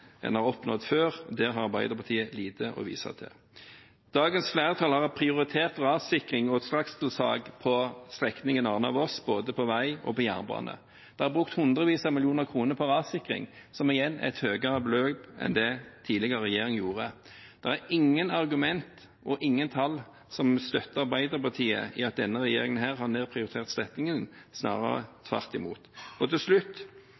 en har oppnådd før. Der har Arbeiderpartiet lite å vise til. Dagens flertall har prioritert rassikring og strakstiltak på strekningen Arna–Voss både på vei og på jernbane. Det er brukt hundrevis av millioner kroner på rassikring, som igjen er et høyere beløp enn det tidligere regjering ga. Det er ingen argument og ingen tall som støtter Arbeiderpartiet i at denne regjeringen har nedprioritert strekningen, snarere tvert imot. Til slutt: